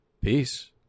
Peace